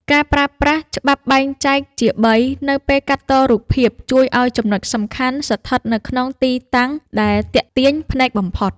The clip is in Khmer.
ការប្រើប្រាស់ ច្បាប់បែងចែកជាបី នៅពេលកាត់តរូបភាព ជួយឱ្យចំណុចសំខាន់ស្ថិតនៅក្នុងទីតាំងដែលទាក់ទាញភ្នែកបំផុត។